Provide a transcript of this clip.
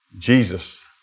Jesus